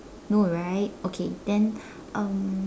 no right okay then um